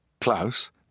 Klaus